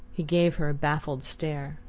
he gave her a baffled stare.